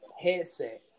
headset